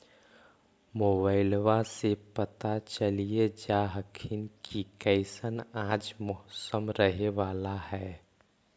मोबाईलबा से पता चलिये जा हखिन की कैसन आज मौसम रहे बाला है?